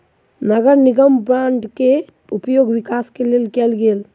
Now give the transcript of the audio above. नगर निगम बांड के उपयोग विकास के लेल कएल गेल